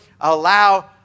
allow